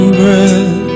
breath